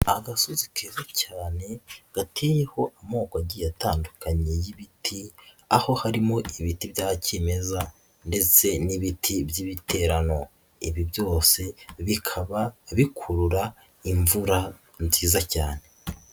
Agasozikero cyane gateyeho amoko agiye atandukanye y'ibiti, aho harimo ibiti bya kimeza ndetse n'ibiti by'ibiterano, ibi byose bikaba bikurura imvura nziza cyane.